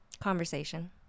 conversation